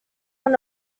want